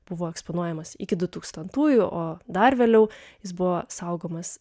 buvo eksponuojamas iki dutūkstantųjų o dar vėliau jis buvo saugomas